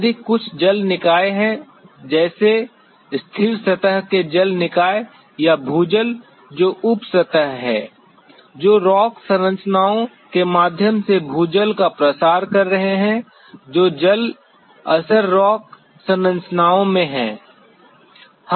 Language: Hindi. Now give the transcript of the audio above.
यदि कुछ जल निकाय हैं जैसे स्थिर सतह के जल निकाय या भूजल जो उप सतह है जो रॉक संरचनाओं के माध्यम से भूजल का प्रसार कर रहे हैं जो जल असर रॉक संरचनाओं हैं